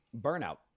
Burnout